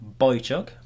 Boychuk